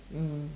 mm